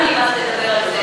גם לנו נמאס לדבר על זה.